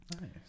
nice